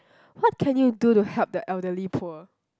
what can you do to help the elderly poor